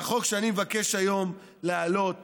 והחוק שאני מבקש היום להעלות